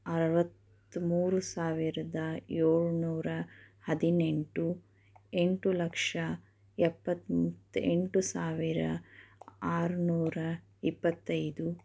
ಅರವತ್ತ್ಮೂರು ಸಾವಿರದ ಏಳು ನೂರ ಹದಿನೆಂಟು ಎಂಟು ಲಕ್ಷ ಎಪ್ಪತ್ತೆಂಟು ಸಾವಿರ ಆರು ನೂರ ಇಪ್ಪತ್ತೈದು